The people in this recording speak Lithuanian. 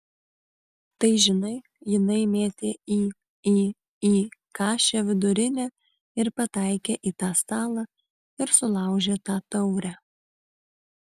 tai žinai jinai mėtė į į į kašę vidurinę ir pataikė į tą stalą ir sulaužė tą taurę